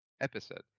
episode